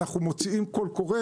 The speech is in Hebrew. אנחנו מוציאים קול קורא